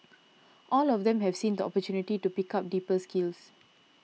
all of them have seen the opportunity to pick up deeper skills